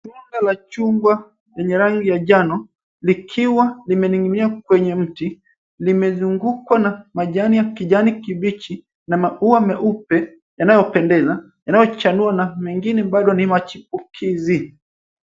Tunda la chungwa enye rangi ya njano likiwa limening'inia kwenye mti limezungukwa na majani ya kijani kibichi na maua meupe yanayopendeza yanayochanua na mengine bado ni machipukizi.